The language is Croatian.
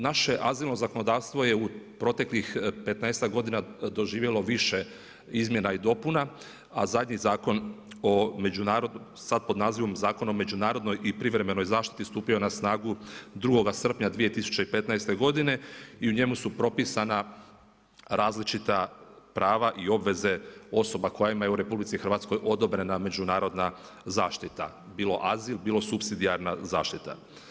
Naše azilno zakonodavstvo je u proteklih 15-tak godina doživjelo više izmjena i dopuna, a zadnji zakon o, sad pod nazivom, Zakon o međunarodnoj i privremenoj zaštiti stupio na snagu 2.srpnja 2015.g. i u njemu su propisana različita prava i obveze osoba koja imaju u RH, odobrena međunarodna zaštita, bilo azil bilo supsidijarna zaštita.